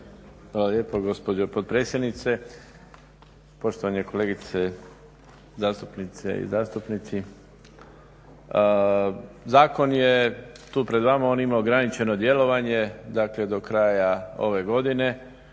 lijepo gospođo potpredsjednice. Poštovane kolegice zastupnice i zastupnici. Zakon je tu pred vama. On ima ograničeno djelovanje, dakle do kraja ove godine